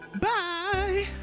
Bye